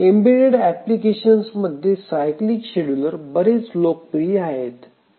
embedded अप्लिकेशन्समध्ये cyclic scheduler बरेच लोकप्रिय आहेत